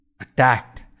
attacked